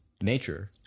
nature